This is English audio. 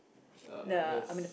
uh there's